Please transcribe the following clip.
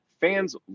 fans